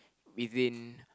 within